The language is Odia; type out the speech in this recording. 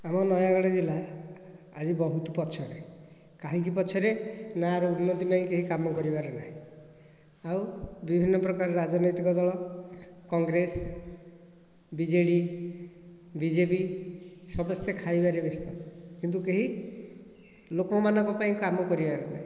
ଆମ ନୟାଗଡ଼ ଜିଲ୍ଲା ଆଜି ବହୁତ ପଛରେ କାହିଁକି ପଛରେ ନା ତାର ଉନ୍ନତି ପାଇଁ କେହି କାମ କରିବାରେ ନାହିଁ ଆଉ ବିଭିନ୍ନ ପ୍ରକାର ରାଜନୈତିକ ଦଳ କଂଗ୍ରେସ ବିଜେଡ଼ି ବିଜେପି ସମସ୍ତେ ଖାଇବାରେ ବ୍ୟସ୍ତ କିନ୍ତୁ କେହି ଲୋକମାନଙ୍କ ପାଇଁ କାମ କରିବାର ନାହିଁ